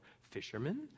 fishermen